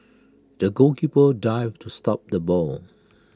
the goalkeeper dived to stop the ball